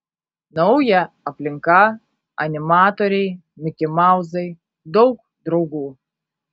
nauja aplinka animatoriai mikimauzai daug draugų